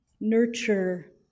nurture